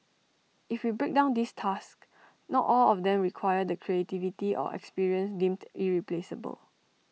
if we break down these tasks not all of them require the creativity or experience deemed irreplaceable